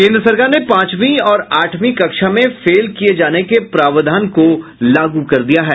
केंद्र सरकार ने पांचवी और आठवीं कक्षा में फेल किये जाने के प्रावधान को लागू कर दिया है